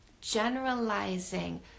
generalizing